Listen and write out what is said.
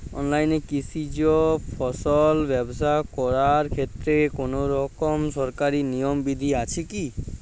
অনলাইনে কৃষিজ ফসল ব্যবসা করার ক্ষেত্রে কোনরকম সরকারি নিয়ম বিধি আছে কি?